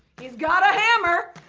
he's got a hammer.